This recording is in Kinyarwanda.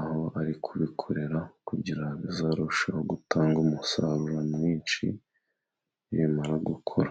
aho ari kubikorera kugira ngo bizarusheho gutanga umusaruro mwinshi nibimara gukura.